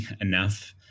enough